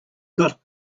got